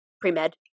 pre-med